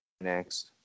next